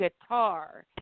guitar